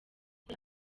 uko